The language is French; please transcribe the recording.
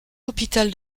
hôpital